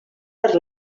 per